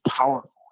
powerful